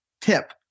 tip